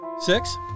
Six